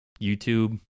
YouTube